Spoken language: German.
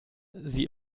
sie